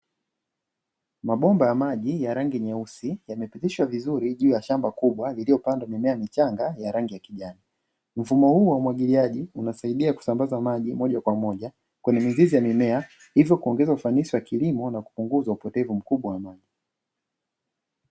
Mabomba ya maji ya rangi nyeusi yamepitishwa vizuri juu ya shamba kubwa lililopandwa mimea michanga ya rangi ya kijani. Mfumo huu wa umwagiliaji unasaidia kusambaza maji moja kwa moja kwenye mizizi ya mimea hivyo kuongeza ufanisi wa kilimo na kupunguza upotevu mkubwa wa maji.